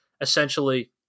Essentially